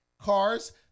Cars